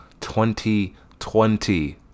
2020